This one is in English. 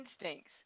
instincts